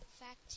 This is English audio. Fact